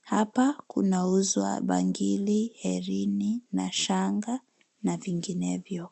Hapa kunauzwa bangili, herini, na shanga, na vinginevyo.